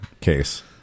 case